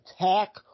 attack